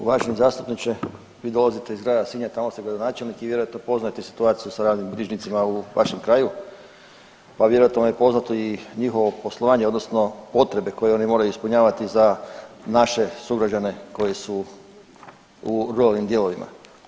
Uvaženi zastupniče, vi dolazite iz grada Sinja, tamo ste gradonačelnik i vjerojatno poznajete situaciju sa javnim bilježnicima u vašem kraju, pa vjerojatno vam je poznato i njihovo poslovanje odnosno potrebe koje oni moraju ispunjavati za naše sugrađane koji su u ruralnim dijelovima.